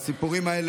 את הסיפורים האלה,